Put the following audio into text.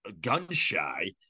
gun-shy